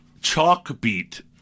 Chalkbeat